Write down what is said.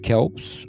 Kelps